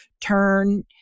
turn